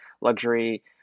luxury